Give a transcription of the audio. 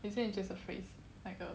isn't it just a phrase like uh